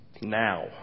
Now